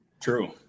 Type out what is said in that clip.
True